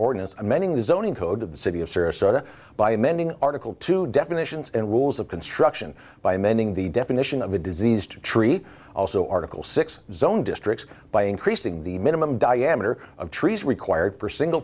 sarasota by amending article two definitions and rules of construction by amending the definition of a disease to treat also article six zone districts by increasing the minimum diameter of trees required for single